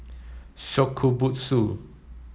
Shokubutsu